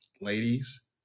ladies